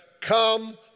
come